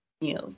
yes